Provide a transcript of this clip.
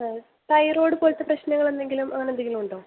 ആ തൈറോയ്ഡ് പോലത്തെ പ്രശ്നങ്ങൾ എന്തെങ്കിലും അങ്ങനെ എന്തെങ്കിലും ഉണ്ടോ